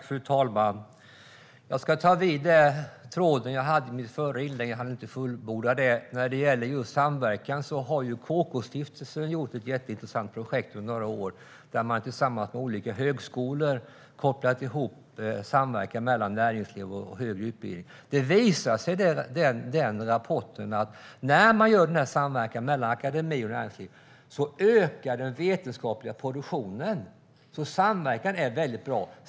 Fru talman! Jag ska ta upp tråden jag hade i mitt förra inlägg. Jag hann inte fullborda det. När det gäller just samverkan har KK-stiftelsen gjort ett jätteintressant projekt under några år, där man tillsammans med olika högskolor kopplat ihop samverkan mellan näringsliv och högre utbildning. Den rapporten visar att när man gör denna samverkan mellan akademi och näringsliv ökar den vetenskapliga produktionen. Samverkan är alltså väldigt bra.